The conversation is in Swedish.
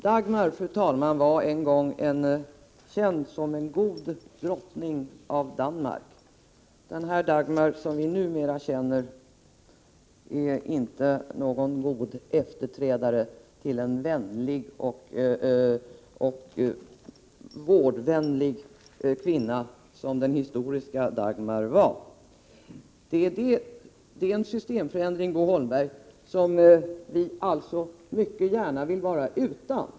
Dagmar, fru talman, var en gång känd som en god drottning i Danmark. Den Dagmar som vi numera känner är inte någon god efterträdare till den vårdvänliga kvinna som den historiska Dagmar var. Det är en systemförändring, Bo Holmberg, som vi alltså mycket gärna vill vara utan.